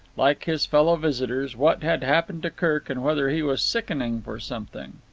like his fellow visitors, what had happened to kirk and whether he was sickening for something.